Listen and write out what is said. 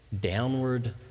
downward